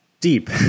deep